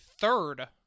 third